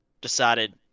decided